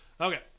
Okay